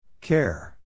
Care